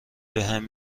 بهم